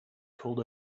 called